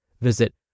Visit